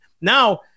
Now